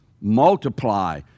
Multiply